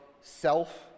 self